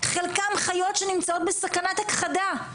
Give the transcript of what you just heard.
חלקם חיות שנמצאות בסכנת הכחדה,